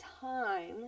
time